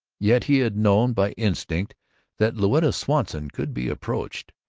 yet he had known by instinct that louetta swanson could be approached.